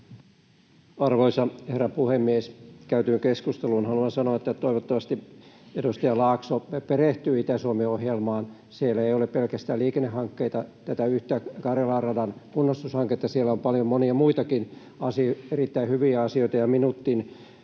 Arvoisa herra puhemies! Käytyyn keskusteluun haluan sanoa, että toivottavasti edustaja Laakso perehtyy Itä-Suomi-ohjelmaan. Siellä ei ole pelkästään liikennehankkeita, tätä yhtä Karjalan radan kunnostushanketta, siellä on paljon monia muitakin asioita, erittäin hyviä asioita. Minuutin